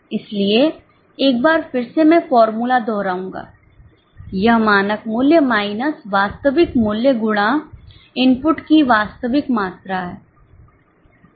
इसलिए एक बार फिर से मैं फार्मूला दोहराऊंगा यह मानक मूल्य माइनस वास्तविक मूल्य गुणा इनपुट की वास्तविक मात्रा है